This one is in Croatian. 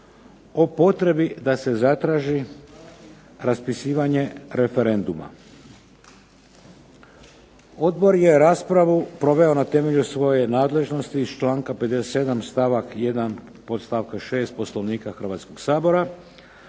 o potrebi da se zatraži raspisivanje referenduma. Odbor je raspravu proveo na temelju svoje nadležnosti iz članka 57. stavak 1. podstavka 6. Poslovnika Hrvatskoga sabora